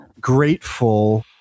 grateful